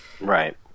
Right